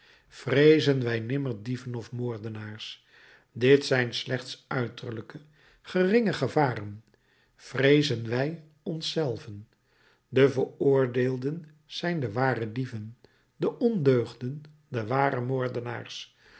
vreezen wij nimmer dieven of moordenaars dit zijn slechts uiterlijke geringe gevaren vreezen wij ons zelven de vooroordeelen zijn de ware dieven de ondeugden de ware moordenaars